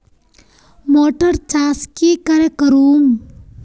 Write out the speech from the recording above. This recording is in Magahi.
मोटर चास की करे करूम?